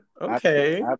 okay